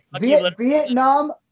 Vietnam